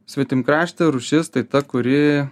svetimkraštė rūšis tai ta kuri